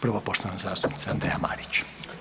Prvo poštovana zastupnica Andreja Marić.